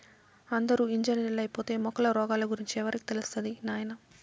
అందరూ ఇంజనీర్లైపోతే మొక్కల రోగాల గురించి ఎవరికి తెలుస్తది నాయనా